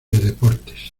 deportes